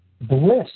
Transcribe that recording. Bliss